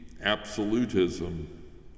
absolutism